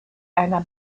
einer